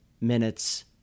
minutes